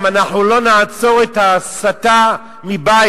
אם אנחנו לא נעצור את ההסתה מבית,